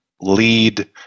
lead